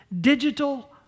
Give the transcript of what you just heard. digital